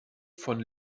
von